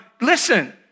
Listen